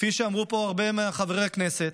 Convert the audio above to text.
כפי שאמרו פה הרבה מחברי הכנסת: